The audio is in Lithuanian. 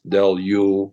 dėl jų